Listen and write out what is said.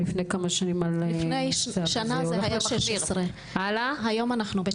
היה 16, היום אנחנו ב-19.